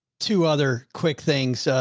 two other quick things. ah,